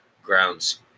grounds